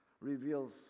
reveals